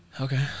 okay